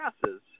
passes